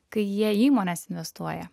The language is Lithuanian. kai jie į įmones investuoja